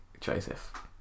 Joseph